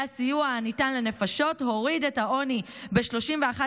והסיוע הניתן לנפשות הוריד את העוני ב-31.9%,